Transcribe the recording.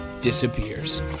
disappears